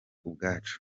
ubwacu